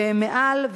מעל,